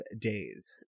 days